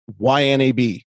YNAB